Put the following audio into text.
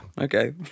Okay